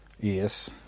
Yes